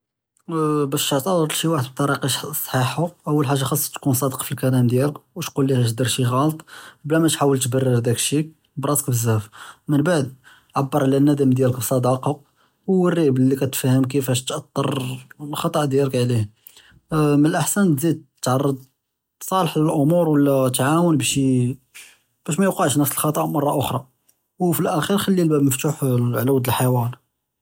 אש תעתארף לשי ואחד בטאריקה צחיחה, אול חאגה חאצכ תכון צאדק פאלכּלאם דיאלק ותכול ליה אש דרתי ע'אלט בּלא מתחאוול בתּרּר דכּשי בּראסכּ בזאף, מןבעד עבּר עלא אלנּדאם דיאלק בצדאקה ווריה בּלי כּיפאה תפ'הם תאתּ'ר אלחטא דיאלק עליה, מן לאחסן תזיד תערד תצאלח אלאמור ולא תעאוון באש מיוקעש נפס אלחטא מרּה אֻכּ'רא, ופי לאכּ'יר ח'לי אלבאב מפתוח ללחואר.